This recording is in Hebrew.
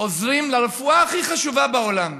עוזרים לרפואה הכי חשובה בעולם.